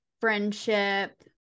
friendship